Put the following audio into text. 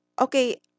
okay